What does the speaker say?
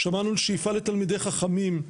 שמענו שאיפה לתלמידי חכמים,